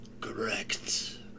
correct